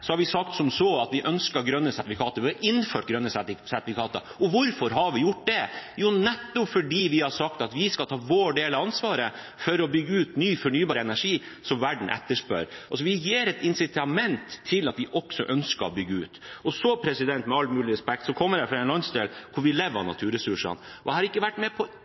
har vi sagt at vi ønsker grønne sertifikater, vi har innført grønne sertifikater. Hvorfor har vi gjort det? Jo, nettopp fordi vi har sagt at vi skal ta vår del av ansvaret for å bygge ut ny fornybar energi, som verden etterspør. Vi gir et incitament fordi vi også ønsker å bygge ut. Med all mulig respekt: Jeg kommer fra en landsdel hvor man lever av naturressursene, og jeg har ikke vært med på